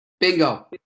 Bingo